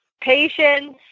Patience